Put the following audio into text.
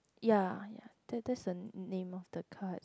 ya ya that that's the name of the card